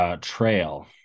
Trail